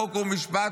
חוק ומשפט,